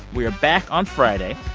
we are back on friday.